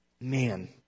Man